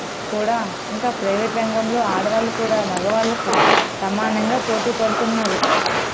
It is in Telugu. కూడా ఇంకా ప్రైవేట్ రంగంలో ఆడవాళ్ళు కూడా మగవాళ్ళకు సమానంగా పోటీపడుతున్నారు